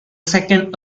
second